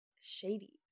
shady